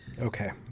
Okay